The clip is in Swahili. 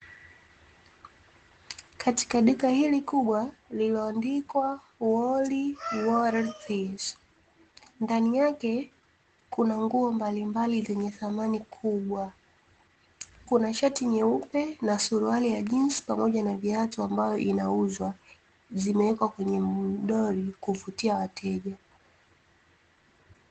Katika duka hili kubwa lilioandikwa "Woolworths" ndani yake kuna nguo mbalimbali zenye thamani kubwa kuna shati nyeupe na suruali ya jinzi pamoja na viatu ambavyo vinauzwa zimewekwa kwenye mdoli kuvutia wateja.